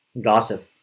gossip